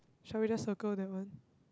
shall we just circle that one